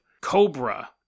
Cobra